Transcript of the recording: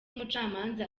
umucamanza